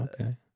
Okay